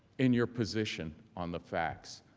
in your position on the facts,